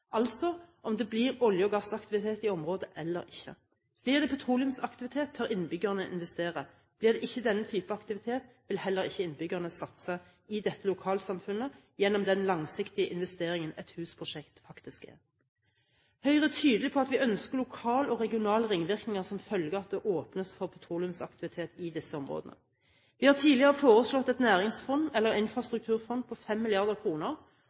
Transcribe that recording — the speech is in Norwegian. altså om det blir olje- og gassaktivitet i området eller ikke. Blir det petroleumsaktivitet, tør innbyggerne investere. Blir det ikke denne type aktivitet, vil heller ikke innbyggerne satse i dette lokalsamfunnet gjennom den langsiktige investeringen et husprosjekt faktisk er. Høyre er tydelig på at vi ønsker lokale og regionale ringvirkninger som følge av at det åpnes for petroleumsaktivitet i disse områdene. Vi har tidligere foreslått et næringsfond, eller infrastrukturfond, på